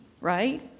right